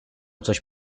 coś